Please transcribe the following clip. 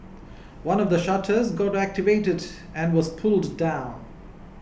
one of the shutters got activated and was pulled down